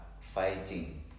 fighting